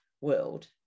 world